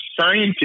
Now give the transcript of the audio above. scientists